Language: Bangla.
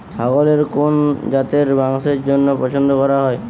ছাগলের কোন জাতের মাংসের জন্য পছন্দ করা হয়?